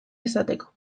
izateko